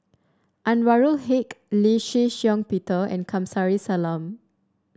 Anwarul Haque Lee Shih Shiong Peter and Kamsari Salam